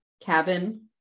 cabin